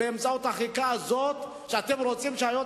באמצעות החקיקה הזאת אתם רוצים שהיועץ